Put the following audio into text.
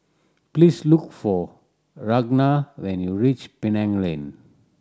please look for Ragna when you reach Penang Lane